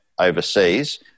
overseas